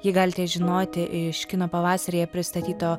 jį galite žinoti iš kino pavasaryje pristatyto